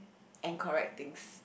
and correct things